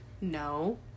no